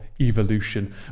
evolution